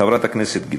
חברת הכנסת גלאון,